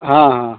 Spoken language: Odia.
ହଁ ହଁ